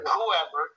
whoever